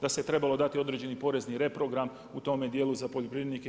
Da se trebalo dati određeni porezni reprogram u tome dijelu za poljoprivrednike.